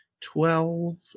Twelve